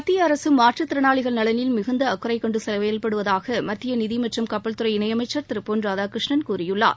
மத்திய அரசு மாற்றுத் திறனாளிகள் நலனில் மிகுந்த அக்கறை கொண்டு செயல்படுவதாக மத்திய நிதி மற்றும் கப்பல்துறை இணையமைச்சர் திரு பொன் ராதாகிருஷ்ணன் கூறியுள்ளார்